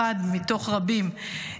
אחד מתוך רבים,